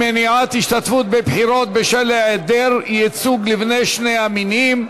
מניעת השתתפות בבחירות בשל היעדר ייצוג לבני שני המינים),